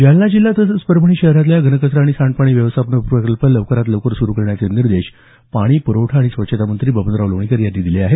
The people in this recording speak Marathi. जालना जिल्हा तसंच परभणी शहरातल्या घनकचरा आणि सांडपाणी व्यवस्थापन प्रकल्प लवकरात लवकर पूर्ण करण्याचे निर्देश पाणीपुरवठा आणि स्वच्छता मंत्री बबनराव लोणीकर यांनी दिले आहेत